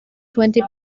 twenty